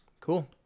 cool